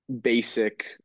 basic